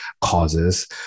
causes